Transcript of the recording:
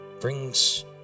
brings